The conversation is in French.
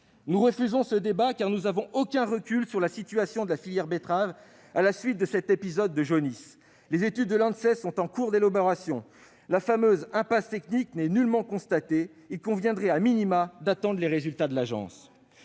Nous refusons ce débat, car nous n'avons aucun recul sur la situation de la filière betterave à la suite de cet épisode de jaunisse. Les études de l'Anses sont en cours et la fameuse « impasse technique » n'est nullement constatée. Il conviendrait d'attendre les résultats de ces